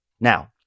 Now